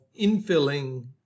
infilling